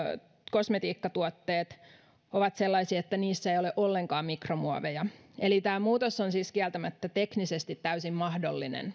kosmetiikkatuotteet ovat sellaisia että niissä ei ole ollenkaan mikromuoveja eli tämä muutos on kieltämättä teknisesti täysin mahdollinen